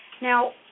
Now